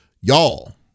y'all